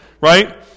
right